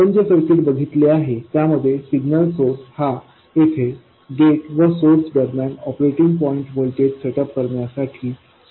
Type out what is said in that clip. आपण जे सर्किट बघितले आहे त्यामध्ये सिग्नल सोर्स हा येथे गेट व सोर्स दरम्यान operating point voltage set up करण्यासाठी सोर्स बरोबर सिरीज मध्ये जोडलेला आहे